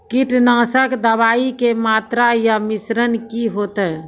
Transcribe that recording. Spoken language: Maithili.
कीटनासक दवाई के मात्रा या मिश्रण की हेते?